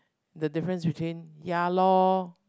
the difference between ya loh